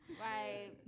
Right